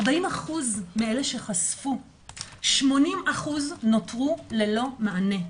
40% מאלה שחשפו-מתוכם 80% נותרו ללא מענה.